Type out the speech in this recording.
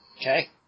Okay